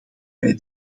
wij